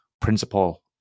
principle